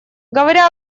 говоря